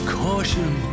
caution